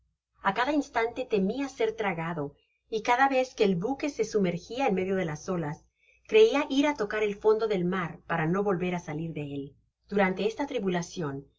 a cada instante temra ser tragado y cada vez que el buqué se sumergia en medio de las olas creia ir á toear el fondo del mar para do volver á salir de él durante esta